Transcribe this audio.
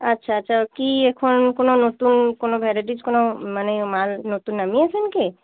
আচ্ছা আচ্ছা কি এখন কোনো নতুন কোনো ভ্যারাইটিজ কোনো মানে মাল নতুন নামিয়েছেন কি